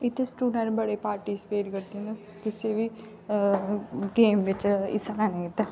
इत्थै स्टूडैंट बड़े पार्टीस्पेट करदे ना कुसै बी गेम बिच्च हिस्सा लैने गित्तै